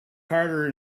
carter